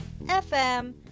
FM